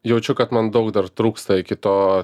jaučiu kad man daug dar trūksta iki to